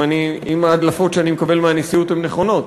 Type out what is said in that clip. אם ההדלפות שאני מקבל מהנשיאות הן נכונות,